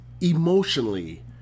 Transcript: emotionally